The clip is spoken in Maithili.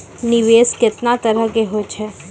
निवेश केतना तरह के होय छै?